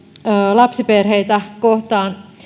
lapsiperheitä kohtaan